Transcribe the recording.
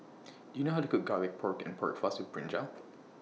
Do YOU know How to Cook Garlic Pork and Pork Floss with Brinjal